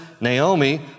Naomi